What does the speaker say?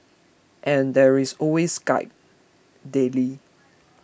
and there is always Skype daily